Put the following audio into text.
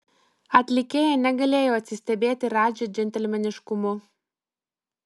atlikėja negalėjo atsistebėti radži džentelmeniškumu